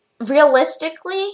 realistically